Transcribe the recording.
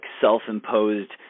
self-imposed